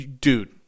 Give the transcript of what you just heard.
dude